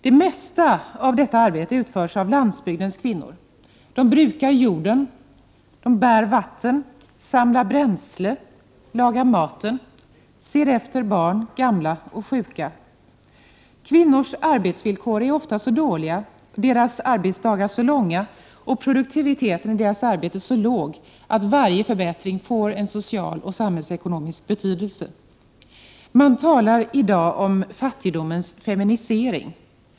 Det mesta av detta arbete utförs av landsbygdens kvinnor: de brukar jorden, bär vatten, samlar bränsle, lagar maten, ser efter barn, gamla och sjuka. Kvinnors arbetsvillkor är ofta så dåliga, deras arbetsdagar så långa och produktiviteten i deras arbete så låg, att varje förbättring får en social och samhällsekonomisk betydelse. Man talar i dag om ”fattigdomens feminisering”.